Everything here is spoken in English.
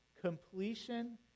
completion